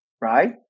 right